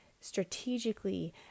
strategically